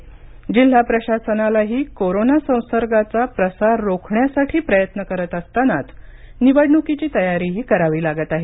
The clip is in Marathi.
या परिस्थितीत जिल्हा प्रशासनालाही कोरोना संसर्गाचा प्रसार रोखण्यासाठी प्रयत्न करत असतानाच निवडणुकीची तयारीही करावी लागत आहे